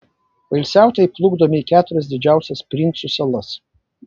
poilsiautojai plukdomi į keturias didžiausias princų salas